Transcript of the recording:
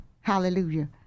Hallelujah